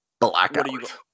Blackout